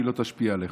היא לא תשפיע עליך,